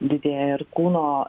didėja ir kūno